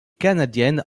canadiennes